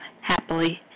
happily